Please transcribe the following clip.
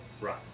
Right